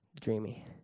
dreamy